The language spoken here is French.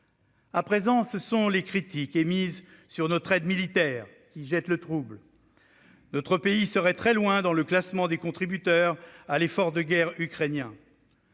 À présent, ce sont les critiques émises sur notre aide militaire, qui jettent le trouble. Notre pays serait très loin dans le classement des contributeurs à l'effort de guerre ukrainien.